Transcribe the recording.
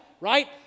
right